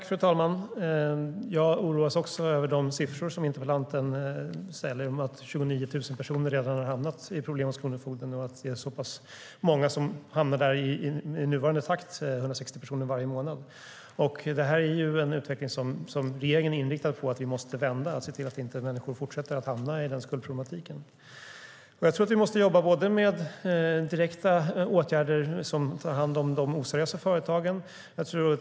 Fru talman! Jag oroas också över de siffror som interpellanten nämner när det gäller att 29 000 personer redan har hamnat hos kronofogden och att så pass många hamnar där i nuvarande takt, 160 personer varje dag. Det är en utveckling som regeringen är inriktad på att vi måste vända. Vi måste se till att människor inte fortsätter hamna i den skuldproblematiken. Jag tror att vi måste jobba med direkta åtgärder som riktar sig mot de oseriösa företagen.